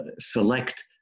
select